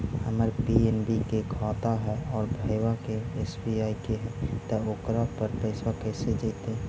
हमर पी.एन.बी के खाता है और भईवा के एस.बी.आई के है त ओकर पर पैसबा कैसे जइतै?